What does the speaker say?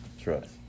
trust